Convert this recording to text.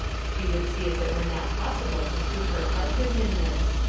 she would see if it were not possible to suit her husband in this.